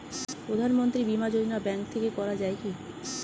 প্রধানমন্ত্রী বিমা যোজনা ব্যাংক থেকে করা যায় কি?